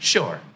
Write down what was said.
Sure